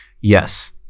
yes